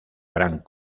gran